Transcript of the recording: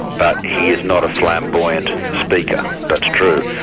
but he is not a flamboyant speaker, that's true.